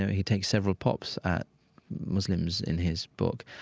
he takes several pops at muslims in his book.